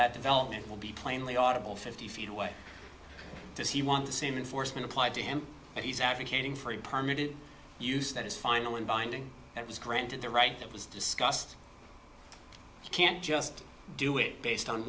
that development will be plainly audible fifty feet away does he want the same in foresman applied to him that he's advocating free permitted use that is final and binding that was granted the right that was discussed you can't just do it based on